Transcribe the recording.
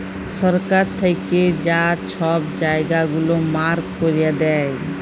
সরকার থ্যাইকে যা ছব জায়গা গুলা মার্ক ক্যইরে দেয়